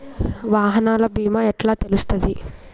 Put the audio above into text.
వాహనాల బీమా ఎట్ల తెలుస్తది?